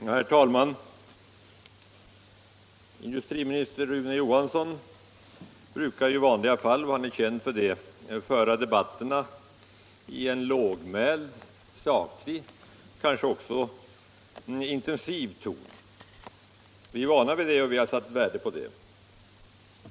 Herr talman! Industriminister Rune Johansson brukar — han är känd för det — föra debatterna i en lågmäld, saklig och kanske också intensiv ton. Vi är vana vid det och vi har satt värde på det.